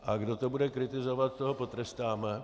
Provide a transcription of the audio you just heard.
A kdo to bude kritizovat, toho potrestáme.